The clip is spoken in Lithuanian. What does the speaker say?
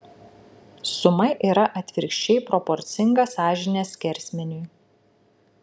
suma yra atvirkščiai proporcinga sąžinės skersmeniui